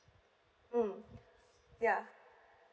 mm yeah